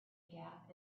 gap